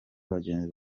bagenzi